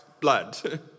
blood